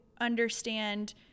understand